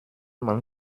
man